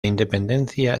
independencia